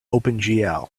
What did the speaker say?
opengl